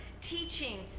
teaching